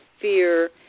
fear